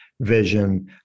vision